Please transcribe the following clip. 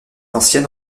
ancienne